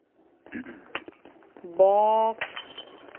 বক